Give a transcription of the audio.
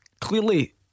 Clearly